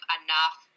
enough